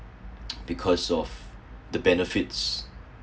because of the benefits